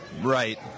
Right